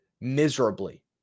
miserably